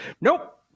Nope